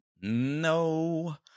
No